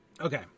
Okay